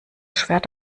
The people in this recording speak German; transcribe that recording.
schwert